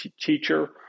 teacher